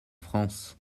france